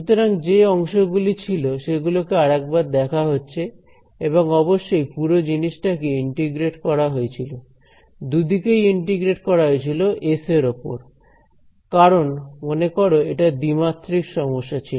সুতরাং যে অংশগুলি ছিল সেগুলো কে আরেক বার দেখা হচ্ছে এবং অবশ্যই পুরো জিনিসটাকে ইন্টিগ্রেট করা হয়েছিল দুদিকেই ইন্টিগ্রেট করা হয়েছিল S এর ওপর কারণ মনে করো এটা দ্বিমাত্রিক সমস্যা ছিল